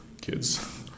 kids